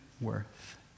worth